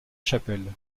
chapelle